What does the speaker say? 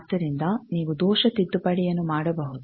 ಆದ್ದರಿಂದ ನೀವು ದೋಷ ತಿದ್ದುಪಡಿಯನ್ನು ಮಾಡಬಹುದು